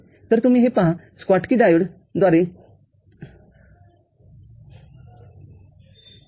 तर तुम्ही हे पहा स्कॉट्की डायोड द्वारे ट्रॉझिस्टर बदलले आहेतठीक आहे